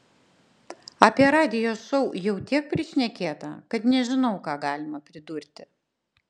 apie radijo šou jau tiek prišnekėta kad nežinau ką galima pridurti